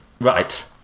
Right